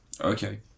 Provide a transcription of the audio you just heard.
Okay